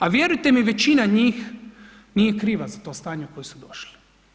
A vjerujte mi većina njih nije kriva za to stanje u koje su došli.